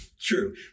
true